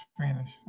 spanish